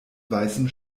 weißen